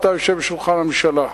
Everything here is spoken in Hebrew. אתה יושב בשולחן הממשלה.